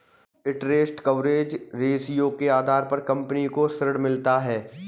interest coverage ratio के आधार पर कंपनी को ऋण मिलता है